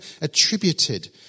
attributed